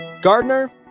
Gardner